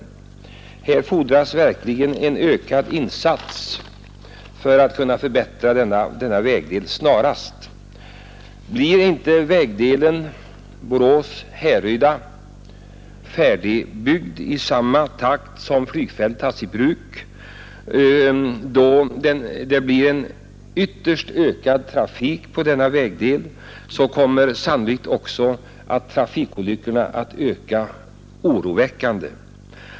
Här fordras verkligen en ökad insats för att snarast kunna förbättra denna vägdel. Blir inte vägen Borås-Härryda färdigbyggd tills flygfältet tas i bruk, då trafiken på densamma ökar kraftigt, kommer trafikolyckorna sannolikt att öka oroväckande.